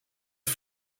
het